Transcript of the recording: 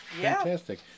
Fantastic